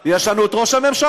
יש לנו את ראש הממשלה,